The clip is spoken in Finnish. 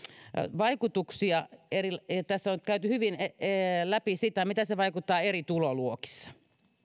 vaikutuksia tässä on käyty hyvin läpi sitä mitä se vaikuttaa eri tuloluokissa